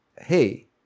Hey